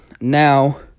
now